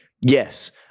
yes